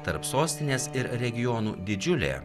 tarp sostinės ir regionų didžiulė